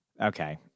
Okay